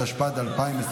התשפ"ד 2024,